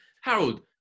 Harold